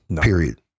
period